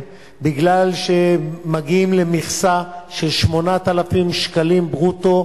כי מגיעים למכסה של 8,000 שקלים ברוטו,